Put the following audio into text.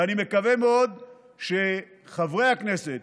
ואני מקווה מאוד שחברי הכנסת